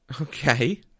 Okay